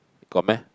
got meh